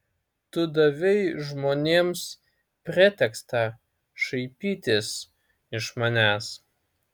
tu davei žmonėms pretekstą šaipytis iš manęs